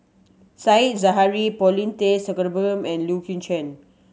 Said Zahari Paulin Tay Straughan and Leu Yew Chye